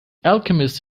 alchemist